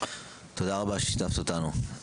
תודה רבה ששיתפת אותנו.